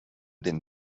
den